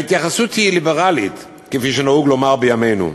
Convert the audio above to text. ההתייחסות היא ליברלית, כפי שנהוג לומר בימינו.